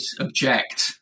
object